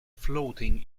floating